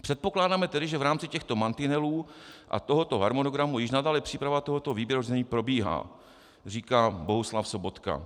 Předpokládáme tedy, že v rámci těchto mantinelů a tohoto harmonogramu již nadále příprava tohoto výběrového řízení probíhá, říká Bohuslav Sobotka.